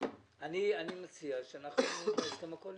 אני מציע שאנחנו נכניס את זה להסכם הקואליציוני.